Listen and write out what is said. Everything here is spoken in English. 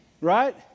Right